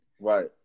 Right